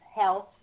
health